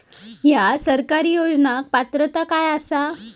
हया सरकारी योजनाक पात्रता काय आसा?